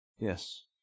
Yes